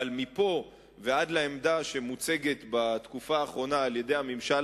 אבל מפה ועד לעמדה שמוצגת בתקופה האחרונה על-ידי הממשל